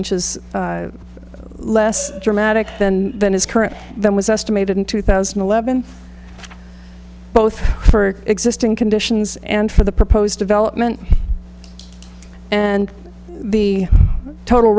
inches less dramatic than his current that was estimated in two thousand and eleven both for existing conditions and for the proposed development and the total